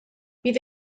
bydd